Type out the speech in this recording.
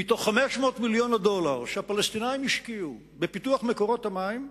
מתוך 500 מיליון הדולר שהפלסטינים השקיעו בפיתוח מקורות המים,